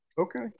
Okay